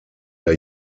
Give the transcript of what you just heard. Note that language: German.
der